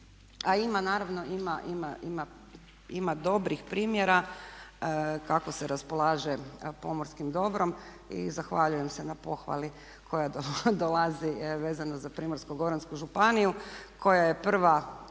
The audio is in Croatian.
A ima naravno dobrih primjera kako se raspolaže pomorskim dobrom. Zahvaljujem se na pohvali koja dolazi vezano za Primorsko-goransku županiju koja je prva